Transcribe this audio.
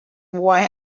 why